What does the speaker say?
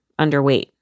underweight